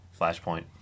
Flashpoint